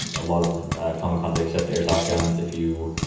a lot of comic cons accept airsoft guns if you